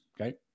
okay